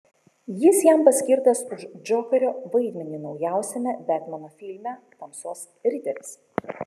jis jam paskirtas už džokerio vaidmenį naujausiame betmeno filme tamsos riteris